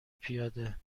پیاده